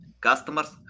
customers